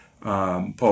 Paul